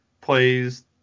plays